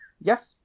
Yes